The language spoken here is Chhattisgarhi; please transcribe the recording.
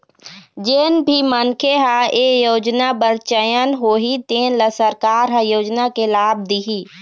जेन भी मनखे ह ए योजना बर चयन होही तेन ल सरकार ह योजना के लाभ दिहि